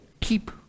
Keep